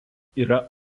yra